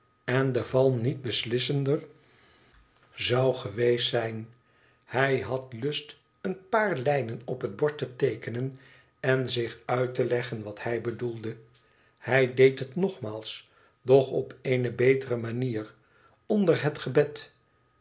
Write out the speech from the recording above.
en de val niet beslissender zou geweest zijn hij had lust een paar lijnen op het bord te teekenen en zich uit te leggen wat hij bedoelde hij deed het nogmaals doch op eene betere manier onder het gebed